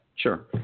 Sure